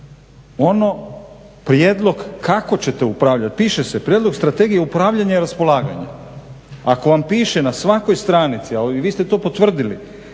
prijedlog kako ćete upravljati, piše se prijedlog strategije upravljanja i raspolaganja. Ako vam piše na svakoj stranici, ali vi ste to potvrdili,